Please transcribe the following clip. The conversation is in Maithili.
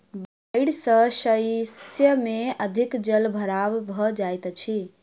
बाइढ़ सॅ शस्य में अधिक जल भराव भ जाइत अछि